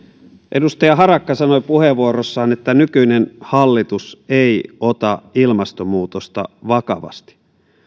edustaja harakka sanoi puheenvuorossaan että nykyinen hallitus ei ota ilmastonmuutosta vakavasti